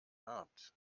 habt